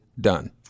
done